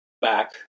back